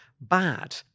bad